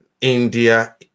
India